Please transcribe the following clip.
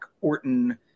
Orton